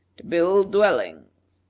to build dwellings,